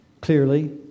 clearly